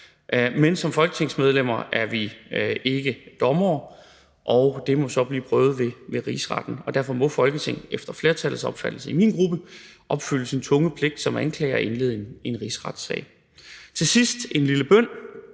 Men som folketingsmedlemmer er vi ikke dommere, og sagen må så blive prøvet ved Rigsretten. Og derfor må Folketinget efter flertallets opfattelse i min gruppe opfylde sin tunge pligt som anklager og indlede en rigsretssag. Til sidst en lille bøn: